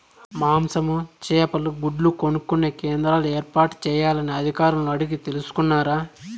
మాంసము, చేపలు, గుడ్లు కొనుక్కొనే కేంద్రాలు ఏర్పాటు చేయాలని అధికారులను అడిగి తెలుసుకున్నారా?